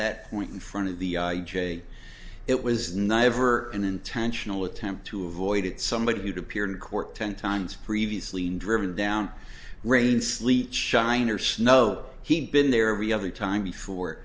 that point in front of the i j a it was never an intentional attempt to avoid it somebody would appear in court ten times previously driven down rain sleet shine or snow he's been there every other time before